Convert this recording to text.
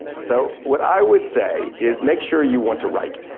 so, what i would say is make sure you want to write.